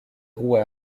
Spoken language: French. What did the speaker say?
roues